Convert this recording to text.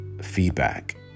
feedback